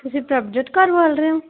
ਤੁਸੀਂ ਪ੍ਰਭਜੋਤ ਕੌਰ ਬੋਲ ਰਹੇ ਹੋ